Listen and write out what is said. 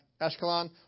Ashkelon